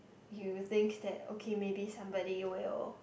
you think that okay maybe somebody will